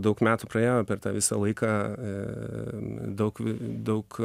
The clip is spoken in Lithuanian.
daug metų praėjo per tą visą laiką e daug daug